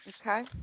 Okay